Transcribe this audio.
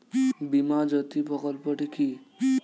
বীমা জ্যোতি প্রকল্পটি কি?